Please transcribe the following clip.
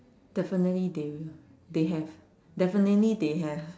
definitely they will they have definitely they have